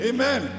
Amen